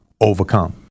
overcome